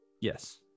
Yes